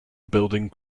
building